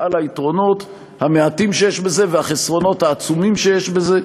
על היתרונות המעטים שיש בזה והחסרונות העצומים שיש בזה,